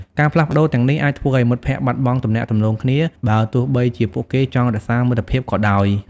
ការផ្លាស់ប្តូរទាំងនេះអាចធ្វើឱ្យមិត្តភក្តិបាត់បង់ទំនាក់ទំនងគ្នា បើទោះបីជាពួកគេចង់រក្សាមិត្តភាពក៏ដោយ ។